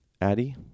Addie